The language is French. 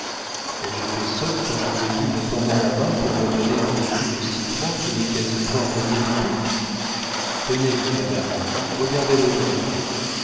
été sotte quand je l'ai vu me tendant la main pour me donner un écu de six francs qui n'est quasi point rogné du tout tenez madame regardez-le donc